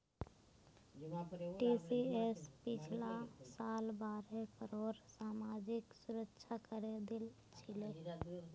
TCS पिछला साल बारह करोड़ सामाजिक सुरक्षा करे दिल छिले